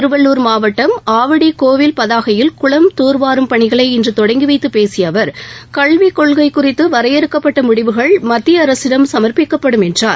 திருவள்ளுர் மாவட்டம் ஆவடி கோவில் பதாகையில் குளம் தூர்வாரும் பணிகளை இன்று துவக்கி வைத்து பேசிய அவர் கல்வி கொள்கை குறித்த வரையறுக்கப்பட்ட முடிவுகள் மத்திய அரசிடம் சமர்ப்பிக்கப்படும் என்றார்